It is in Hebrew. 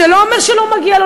זה לא אומר שלא מגיע לו,